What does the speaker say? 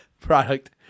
product